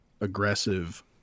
aggressive